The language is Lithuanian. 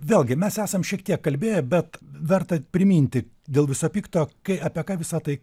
vėlgi mes esam šiek tiek kalbėję bet verta priminti dėl viso pikto kai apie ką visa tai